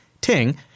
Ting